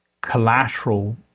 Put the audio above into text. collateral